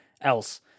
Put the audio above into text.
else